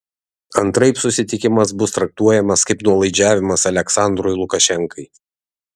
antraip susitikimas bus traktuojamas kaip nuolaidžiavimas aliaksandrui lukašenkai